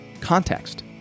context